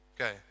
Okay